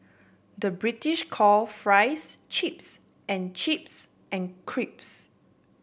the British call fries chips and chips and crisps